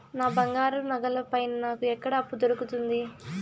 నా బంగారు నగల పైన నాకు ఎక్కడ అప్పు దొరుకుతుంది